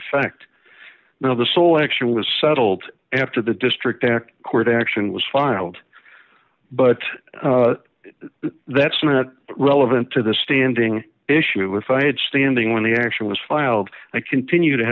effect now the sole action was settled after the district court action was filed but that's not relevant to the standing issue if i had standing when the action was filed i continue to